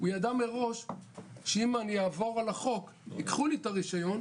הוא ידע מראש שאם הוא יעבור על החוק ייקחו לו את הרישיון,